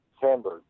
Sandberg